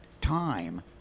time